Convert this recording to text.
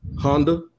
Honda